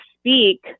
speak